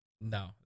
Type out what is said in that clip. No